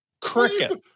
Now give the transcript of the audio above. Cricket